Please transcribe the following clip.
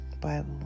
Bible